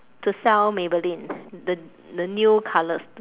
to sell maybelline the the new colours